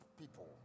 people